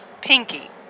Pinky